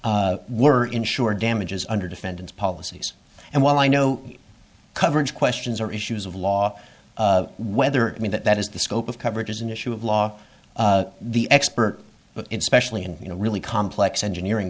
were insured damages under defendant's policies and while i know coverage questions or issues of law whether i mean that that is the scope of coverage is an issue of law the expert but it specially and you know really complex engineering